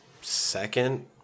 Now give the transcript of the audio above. second